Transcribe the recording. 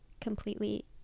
completely